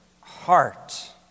heart